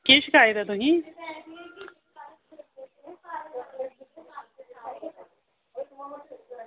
केह् शकैत ऐ तुसेंगी